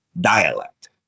dialect